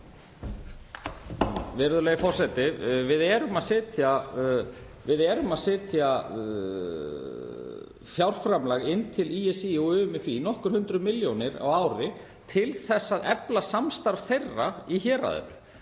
Við erum að setja fjárframlag til ÍSÍ og UMFÍ, nokkur hundruð milljónir á ári, til að efla samstarf þeirra í héruðunum